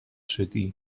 شدی